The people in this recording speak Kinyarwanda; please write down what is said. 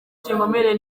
kinkomereye